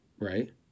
right